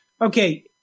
Okay